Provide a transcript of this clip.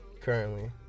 Currently